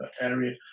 area